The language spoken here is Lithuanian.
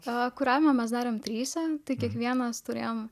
tą kuravimą mes darėme trise tai kiekvienas turėjome